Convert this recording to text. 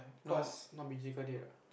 no not